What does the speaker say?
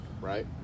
right